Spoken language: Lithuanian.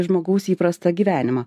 žmogaus įprastą gyvenimą